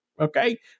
Okay